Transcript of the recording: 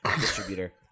distributor